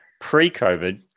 Pre-COVID